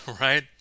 right